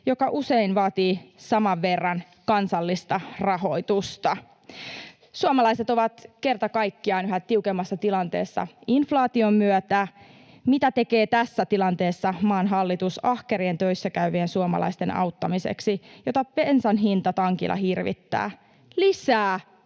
joka usein vaatii saman verran kansallista rahoitusta. Suomalaiset ovat kerta kaikkiaan yhä tiukemmassa tilanteessa inflaation myötä. Mitä tekee tässä tilanteessa maan hallitus ahkerien töissä käyvien suomalaisten auttamiseksi, joita bensan hinta tankilla hirvittää? Lisää